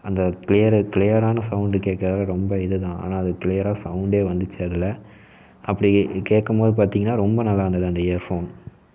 அந்த க்ளியரு க்ளியரான சவுண்டு கேட்க ரொம்ப இதுதான் ஆனால் அது க்ளியராக சவுண்டே வந்துச்சு அதில் அப்படி கேட்கும்போது பார்த்திங்கன்னா ரொம்ப நல்லாருந்தது அந்த இயர்ஃபோன்